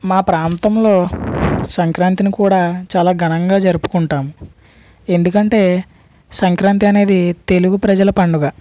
మా ప్రాంతంలో సంక్రాంతిని కూడా చాలా ఘనంగా జరుపుకుంటాము ఎందుకంటే సంక్రాంతి అనేది తెలుగు ప్రజల పండుగ